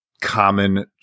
common